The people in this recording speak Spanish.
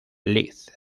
lic